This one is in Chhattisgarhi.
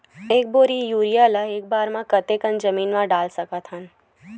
एक बोरी यूरिया ल एक बार म कते कन जमीन म डाल सकत हन?